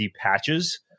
patches